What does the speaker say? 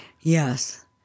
Yes